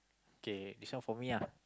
okay this one for me lah